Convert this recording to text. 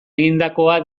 egindakoa